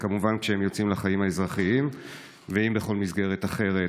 וכמובן כשהם יוצאים לחיים האזרחיים ואם בכל מסגרת אחרת.